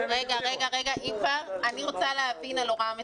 אני רוצה להבין על הוראה מתקנת.